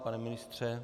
Pane ministře?